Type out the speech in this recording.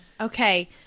Okay